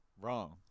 Wrong